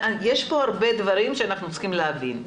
יש פה הרבה דברים שאנחנו צריכים להבין.